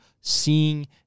seeing